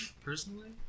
personally